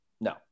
No